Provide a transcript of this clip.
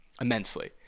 immensely